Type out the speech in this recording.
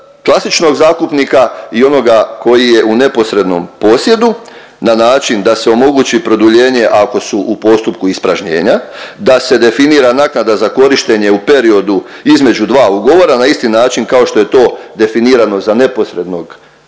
klasičnog zakupnika i onoga koji je u neposrednom posjedu na način da se omogući produljenje ako su u postupku ispražnjenja, da se definira naknada za korištenje u periodu između dva ugovora na isti način kao što je to definirano za neposrednog posjednika